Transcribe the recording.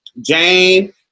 Jane